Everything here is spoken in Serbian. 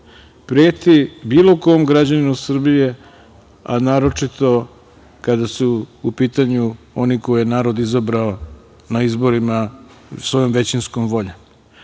preti bilo kom građaninu Srbije, a naročito kada su u pitanju one koje je narod izabrao na izborima svojom većinskom voljom,